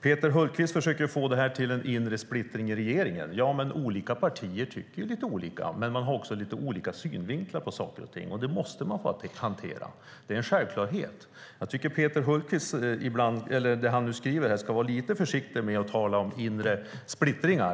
Peter Hultqvist försöker få det till att det är en inre splittring i regeringen. Ja, men olika partier tycker ju lite olika och har också lite olika synvinklar på saker och ting, och det måste man få hantera. Det är en självklarhet. Jag tycker att Peter Hultqvist ska vara lite försiktig med att tala om inre splittringar.